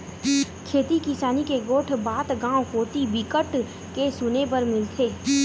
खेती किसानी के गोठ बात गाँव कोती बिकट के सुने बर मिलथे